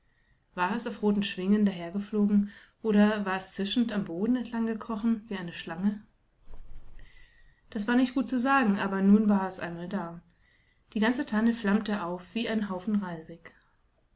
war es auf roten schwingen dahergeflogen oder war es zischendambodenentlanggekrochenwieeineschlange daswarnichtgut zu sagen aber nun war es einmal da die ganze tanne flammte auf wie ein haufenreisig